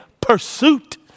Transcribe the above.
pursuit